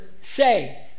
say